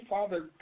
Father